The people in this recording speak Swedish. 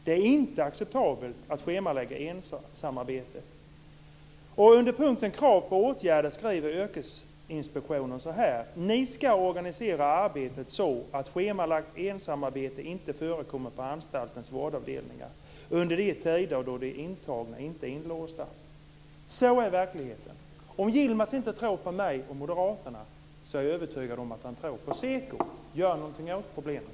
Det är inte acceptabelt att schemalägga ensamarbete. Under punkten Krav på åtgärder skriver Yrkesinspektionen att arbetet ska organiseras så att schemalagt ensamarbete inte förekommer på anstaltens vårdavdelningar under de tider då de intagna inte är inlåsta. Så är verkligheten. Om Yilmaz Kerimo inte tror på mig och moderaterna är jag övertygad om att han tror på Seko. Gör någonting åt problemen.